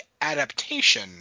adaptation